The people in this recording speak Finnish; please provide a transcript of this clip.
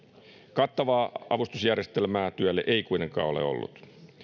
kattavaa avustusjärjestelmää työlle ei kuitenkaan ole ollut